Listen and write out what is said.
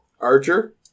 archer